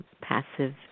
passive